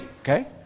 Okay